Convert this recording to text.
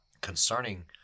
concerning